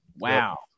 wow